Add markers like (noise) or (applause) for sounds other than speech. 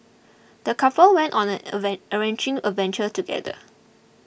the couple went on an (unintelligible) enriching adventure together